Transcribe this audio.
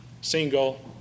single